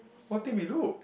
what thing we look